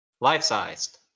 Life-sized